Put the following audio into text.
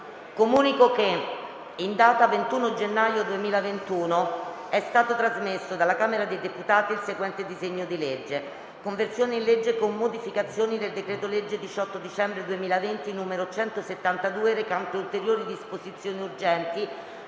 Comunico che, in data 21 gennaio 2021, è stato trasmesso dalla Camera dei deputati il seguente disegno di legge: «Conversione in legge, con modificazioni, del decreto-legge 18 dicembre 2020, n. 172, recante ulteriori disposizioni urgenti